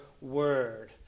word